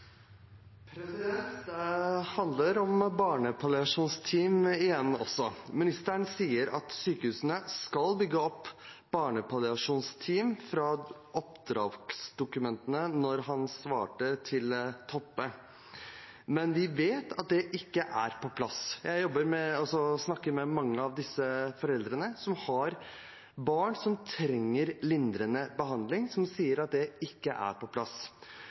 handler igjen om barnepalliasjonsteam. Ministeren sa, da han svarte representanten Toppe, at sykehusene skal bygge opp barnepalliasjonsteam, at det står i oppdragsdokumentet. Men vi vet at det ikke er på plass. Jeg snakker med mange av de foreldrene som har barn som trenger lindrende behandling, som sier at det ikke er på plass.